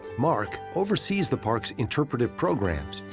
mark oversees the park's interpretive programs,